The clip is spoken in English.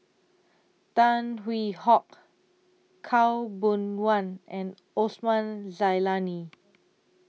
Tan Hwee Hock Khaw Boon Wan and Osman Zailani